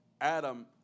Adam